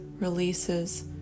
releases